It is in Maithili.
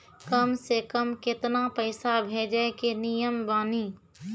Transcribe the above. कम से कम केतना पैसा भेजै के नियम बानी?